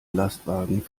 lastwagen